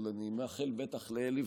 אבל אני מאחל בטח לאלי,